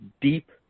deep